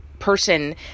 person